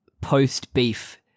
post-Beef